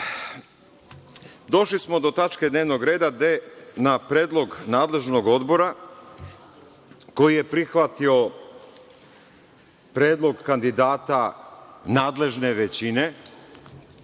Došli smo do tačke dnevnog reda gde na predlog nadležnog odbora, koji je prihvatio predlog kandidata nadležne većine,